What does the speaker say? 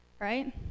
right